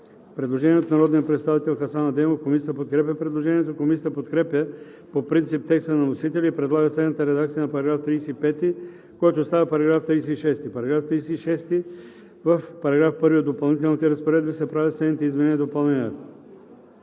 предложение от народния представител Хасан Адемов. Комисията подкрепя предложението. Комисията подкрепя по принцип текста на вносителя и предлага следната редакция на § 35, който става § 36: „§ 36. В § 1 от допълнителните разпоредби се правят следните изменения и допълнения: